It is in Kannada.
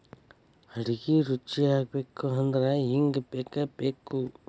ಅಡಿಗಿ ರುಚಿಯಾಗಬೇಕು ಅಂದ್ರ ಇಂಗು ಬೇಕಬೇಕ